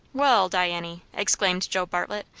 wall, diany, exclaimed joe bartlett,